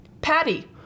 Patty